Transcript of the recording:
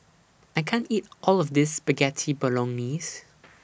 I can't eat All of This Spaghetti Bolognese